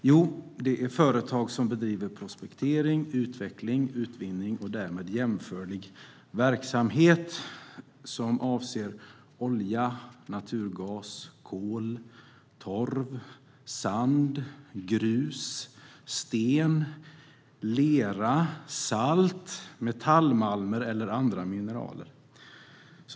Jo, det gäller företag som bedriver prospektering, utveckling, utvinning och därmed jämförlig verksamhet som avser olja, naturgas, kol, torv, sand, grus, sten, lera, salt, metallmalmer och andra mineraler.